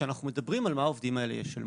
כשאנחנו מדברים על מה העובדים האלה ישלמו.